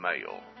mail